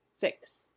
fix